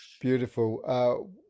beautiful